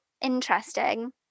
interesting